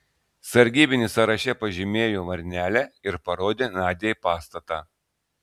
sargybinis sąraše pažymėjo varnelę ir parodė nadiai pastatą